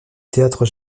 théâtre